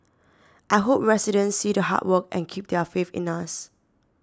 I hope residents see the hard work and keep their faith in us